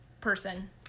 Person